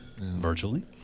Virtually